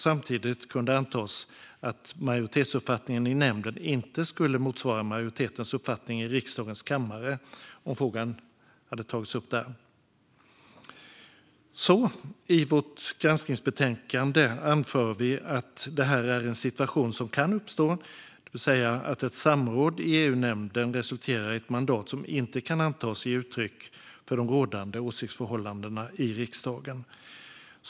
Samtidigt kunde det antas att majoritetsuppfattningen i nämnden inte skulle motsvara majoritetens uppfattning i riksdagens kammare om frågan hade tagits upp där. I vårt granskningsbetänkande anför vi därför att detta är en situation som kan uppstå, det vill säga att ett samråd i EU-nämnden resulterar i ett mandat som inte kan antas ge uttryck för de rådande åsiktsförhållandena i riksdagen.